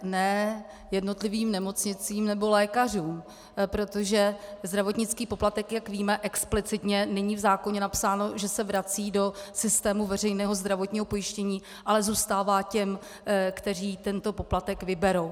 Ne jednotlivým nemocnicím nebo lékařům, protože zdravotnický poplatek, jak víme, explicitně není v zákoně napsáno, že se vrací do systému veřejného zdravotního pojištění, ale zůstává těm, kteří tento poplatek vyberou.